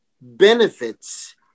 benefits